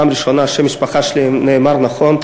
זו הפעם הראשונה ששם המשפחה שלי נאמר נכון.